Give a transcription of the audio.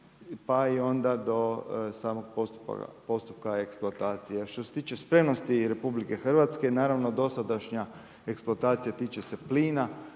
pa i do samog postupka eksploatacije. Što se tiče spremnosti RH, naravno dosadašnja eksploatacija tiče se plina.